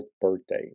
birthday